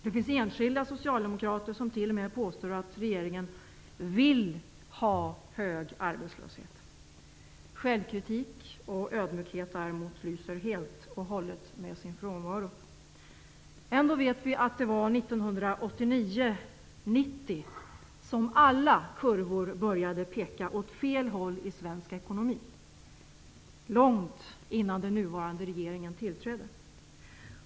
Det finns enskilda socialdemokrater som t.o.m. har påstått att regeringen vill ha hög arbetslöshet. Självkritik och ödmjukhet däremot lyser helt och hållet med sin frånvaro. Ändå vet vi att det var 1989/90 som alla kurvor började peka åt fel håll i svensk ekonomi -- långt innan den nuvarande regeringen tillträdde.